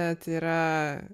bet yra